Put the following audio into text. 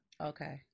Okay